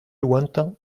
lointain